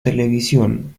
televisión